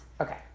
Okay